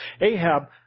Ahab